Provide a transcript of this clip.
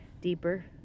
deeper